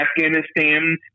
Afghanistan